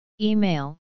Email